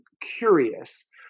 curious